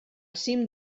cim